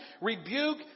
rebuke